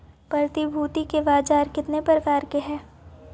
प्रतिभूति के बाजार केतने प्रकार के हइ?